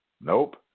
Nope